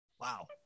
Wow